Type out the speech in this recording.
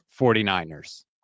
49ers